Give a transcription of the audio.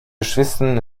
geschwistern